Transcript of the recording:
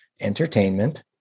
entertainment